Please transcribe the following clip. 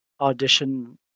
audition